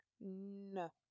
No